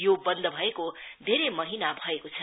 यो बन्द भएको धेरै महिना भएको छ